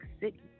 City